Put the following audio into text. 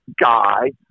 guy